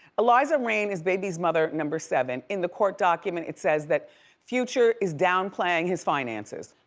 eliza reign is baby's mother number seven. in the court document it says that future is downplaying his finances